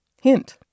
Hint